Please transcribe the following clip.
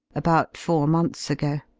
about four months ago.